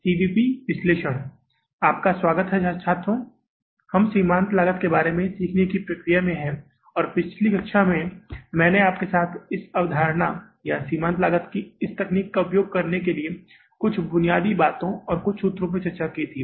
आपका स्वागत है छात्रों हम सीमांत लागत के बारे में सीखने की प्रक्रिया में हैं और पिछली कक्षा में मैंने आपके साथ इस अवधारणा या सीमांत लागत की इस तकनीक का उपयोग करने के लिए कुछ बुनियादी बातों और कुछ सूत्रों पर चर्चा की है